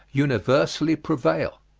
universally prevail?